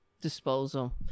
disposal